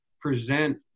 present